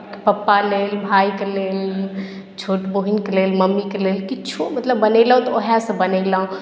पापा लेल भाइक लेल छोट बहिनके लेल मम्मीके लेल किछो मतलब बनेलहुँ तऽ उएहसँ बनेलहुँ